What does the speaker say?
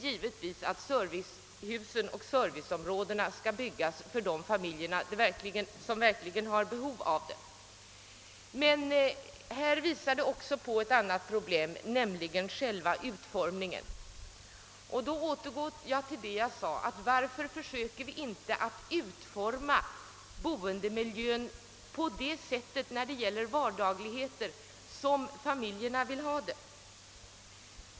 Givetvis skall servicehusen och serviceområdena byggas för de familjer som verkligen har behov av dem. Men här stöter man även på ett annat problem, nämligen frågan om själva miljöutformningen. Varför försöker vi inte utforma boendemiljön när det gäller vardagligheter på det sätt som familjerna vill ha den?